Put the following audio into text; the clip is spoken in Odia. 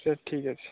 ସାର୍ ଠିକ୍ ଅଛି